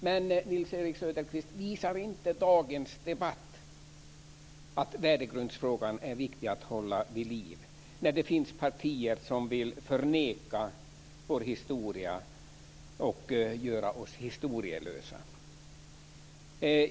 Men, Nils-Erik Söderqvist, visar inte dagens debatt att värdegrundsfrågan är viktig att hålla vid liv, när det finns partier som vill förneka vår historia och göra oss historielösa?